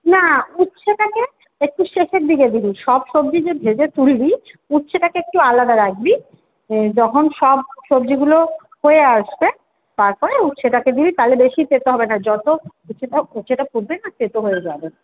না উচ্ছেটাকে একটু শেষের দিকে দিবি সব সবজি যে ভেজে তুলবি উচ্ছেটাকে একটু আলাদা রাখবি যখন সব সবজিগুলো হয়ে আসবে তারপরে উচ্ছেটাকে দিবি তালে বেশি তেঁতো হবে না যত উচ্ছেটা উচ্ছেটা ফুটবেনা তেঁতো হয়ে যাবে